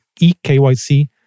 EKYC